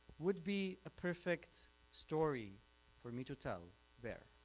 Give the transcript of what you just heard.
would be a perfect story for me to tell there.